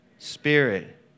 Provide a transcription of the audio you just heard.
Spirit